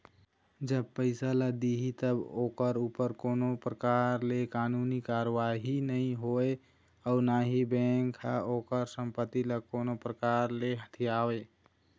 जब पइसा ल दिही तब ओखर ऊपर कोनो परकार ले कानूनी कारवाही नई होवय अउ ना ही बेंक ह ओखर संपत्ति ल कोनो परकार ले हथियावय